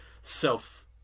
self